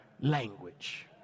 language